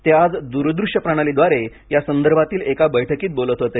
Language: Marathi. ते आज दूरदृश्य प्रणालीद्वारे या संदर्भातील एका बैठकीत बोलत होते